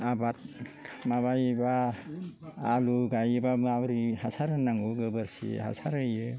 आबाद माबायोब्ला आलु गायोब्ला माबोरै हासार होनांगौ गोबोरखि हासार होयो